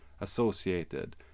associated